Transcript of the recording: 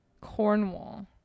cornwall